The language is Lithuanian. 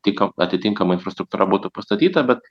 tik ką atitinkama infrastruktūra būtų pastatyta bet